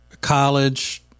college